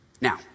Now